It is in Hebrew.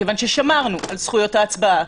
מכיוון ששמרנו על זכויות ההצבעה,